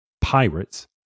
pirates